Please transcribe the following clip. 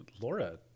Laura